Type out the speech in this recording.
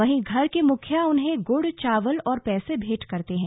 वहीं घर के मुखिया उन्हें गुड़ चावल और पैसे भेंट करते हैं